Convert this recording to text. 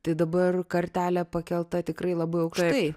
tai dabar kartelė pakelta tikrai labai aukštai